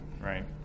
right